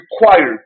required